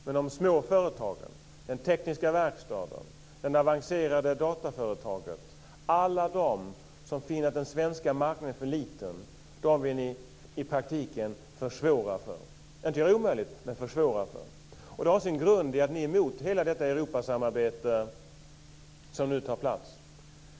Men de små - den tekniska verkstaden, det avancerade dataföretaget - alla dem som finner att den svenska marknaden är för liten vill ni i praktiken försvåra för. Jag säger inte att ni gör det omöjligt, men ni försvårar för dem. Detta har sin grund i att ni är emot hela detta Europasamarbete som nu tar plats.